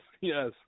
Yes